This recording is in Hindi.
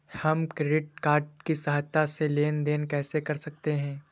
हम क्रेडिट कार्ड की सहायता से लेन देन कैसे कर सकते हैं?